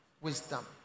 wisdom